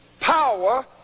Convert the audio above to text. power